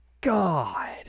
God